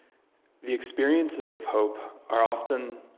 the experiences of hope are often